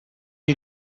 you